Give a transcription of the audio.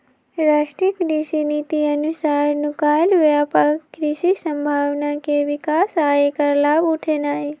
राष्ट्रीय कृषि नीति अनुसार नुकायल व्यापक कृषि संभावना के विकास आ ऐकर लाभ उठेनाई